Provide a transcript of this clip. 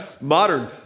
modern